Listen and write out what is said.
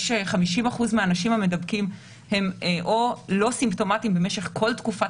50% מהאנשים המדבקים הם או לא סימפטומטיים במשך כל תקופת